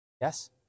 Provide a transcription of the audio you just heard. Yes